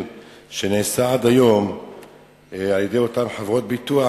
שנעשה עד היום על-ידי אותן חברות הביטוח,